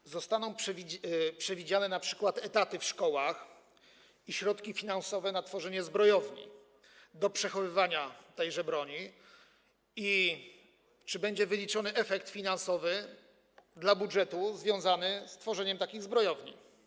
Czy zostaną przewidziane np. etaty w szkołach i środki finansowe na tworzenie zbrojowni do przechowywania tejże broni i czy będzie wyliczony efekt finansowy dla budżetu związany z tworzeniem takich zbrojowni?